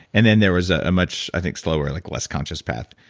and then there was ah a much, i think, slower, like less conscious path.